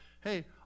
hey